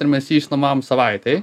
ir mes jį išnuomavom savaitei